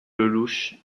lellouche